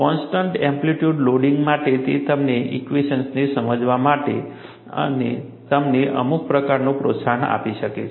constant amplitude loading માટે તે તમને ઇક્વેશન્સને સમજવા માટે તમને અમુક પ્રકારનું પ્રોત્સાહન આપી શકે છે